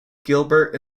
gilbert